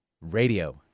radio